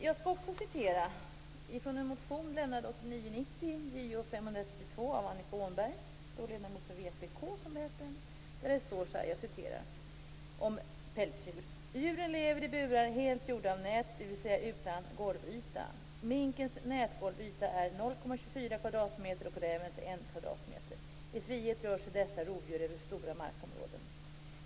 Jag skall också citera från en motion lämnad 1989/90, Jo532 av Annika Åhnberg då ledamot för vpk, där det står så här om pälsdjur: "Djuren lever i burar helt gjorda av nät, dvs. även golvytan. Minkens nätgolvyta är 0,24 kvadratmeter och rävens 1 kvadratmeter. I frihet rör sig dessa rovdjur över stora markområden.